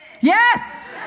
Yes